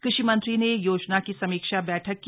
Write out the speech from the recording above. कृषि मंत्री ने योजना की समीक्षा बैठक की